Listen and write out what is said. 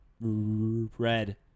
red